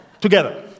together